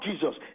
Jesus